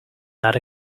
not